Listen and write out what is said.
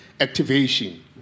activation